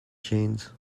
jeans